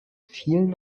vielen